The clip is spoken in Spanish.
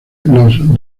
los